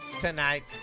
tonight